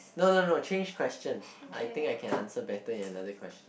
no no no change question I think I can answer better in another question